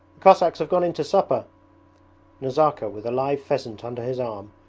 cossacks have gone in to supper nazarka, with a live pheasant under his arm,